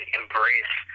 embrace